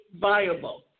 viable